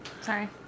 Sorry